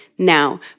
Now